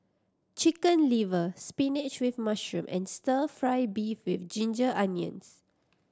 Chicken Liver spinach with mushroom and Stir Fry beef with ginger onions